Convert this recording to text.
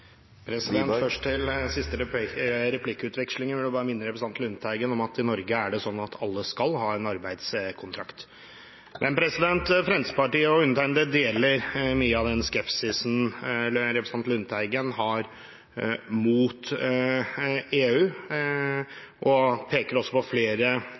Først til siste replikkveksling: Jeg vil bare minne representanten Lundteigen om at i Norge er det sånn at alle skal ha en arbeidskontrakt. Fremskrittspartiet og undertegnede deler mye av den skepsisen representanten Lundteigen har mot EU, og peker også på